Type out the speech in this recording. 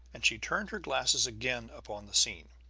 and she turned her glasses again upon the scene.